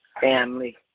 family